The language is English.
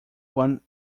one